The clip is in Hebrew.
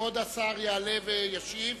כבוד השר יעלה וישיב.